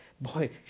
boy